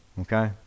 Okay